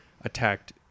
attacked